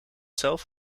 zelf